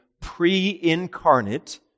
pre-incarnate